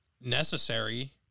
necessary